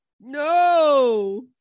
No